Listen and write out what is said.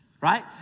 right